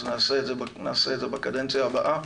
אז נעשה את זה בקדנציה הבאה.